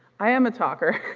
i am a talker